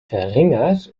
verringert